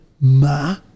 Ma